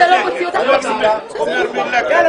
קול אחד אתה לא תקבל מיוצאי אתיופיה.